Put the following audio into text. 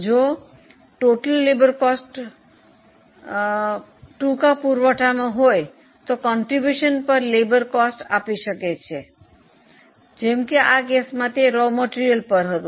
જો કુલ મજૂરી ખર્ચ ટૂંકા પુરવઠામાં હોય તો તે મજૂર ખર્ચ દીઠ ફાળો આપી શકે છે જેમ કે આ કેસમાં તે કાચા માલ પર હતું